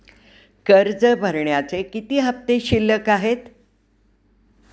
कर्ज भरण्याचे किती हफ्ते शिल्लक आहेत?